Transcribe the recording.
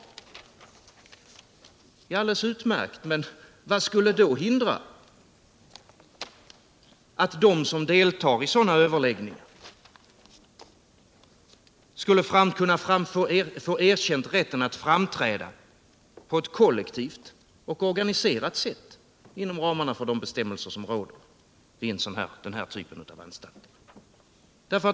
Det är alldeles utmärkt. Men vad skulle då hindra att de som deltar i sådana överläggningar erkänns rätt att framträda på ett kollektivt och organiserat sätt inom ramarna för de bestämmelser som råder i den här typen av anstalter?